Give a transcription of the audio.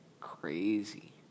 crazy